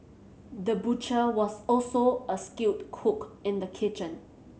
the butcher was also a skilled cook in the kitchen